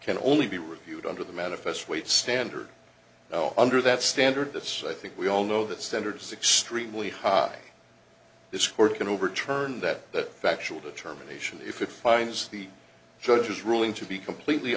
can only be reviewed under the manifest weight standard under that standard that so i think we all know that standards extremely high this court can overturn that that factual determination if it finds the judge's ruling to be completely